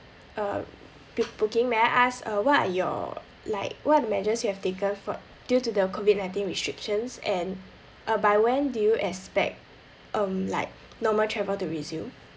uh b~ booking may I ask uh what are your like what measures you have taken for due to the COVID nineteen restrictions and uh by when do you expect um like normal travel to resume